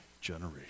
generation